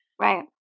Right